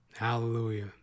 Hallelujah